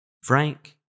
Frank